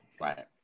Right